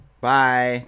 Bye